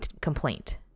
complaint